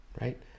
right